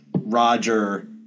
Roger